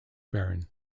baron